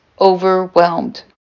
overwhelmed